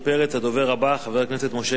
הדובר הבא, חבר הכנסת משה גפני,